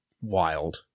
wild